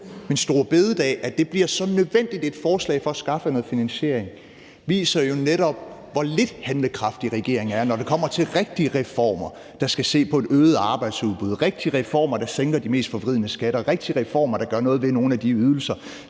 at store bededags-forslaget bliver så nødvendigt et forslag for at skaffe noget finansiering, viser netop, hvor lidt handlekraftig regeringen er, når det kommer til rigtige reformer, der skal se på et øget arbejdsudbud, rigtige reformer, der sænker de mest forvridende skatter, rigtige reformer, der gør noget ved nogle af de ydelser,